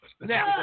Now